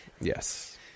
Yes